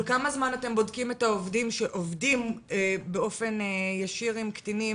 כל כמה זמן אתם בודקים את העובדים שעובדים באופן ישיר עם קטינים?